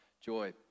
joy